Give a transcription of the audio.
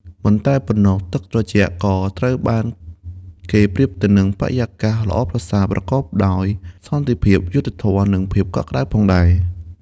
មិនតែប៉ុណ្ណោះ ទឹកត្រជាក់ ក៏ត្រូវបានគេប្រៀបទៅនឹង បរិយាកាសល្អប្រសើរ ប្រកបដោយសន្តិភាព យុត្តិធម៌ និងភាពកក់ក្ដៅផងដែរ។